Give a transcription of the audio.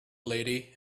lady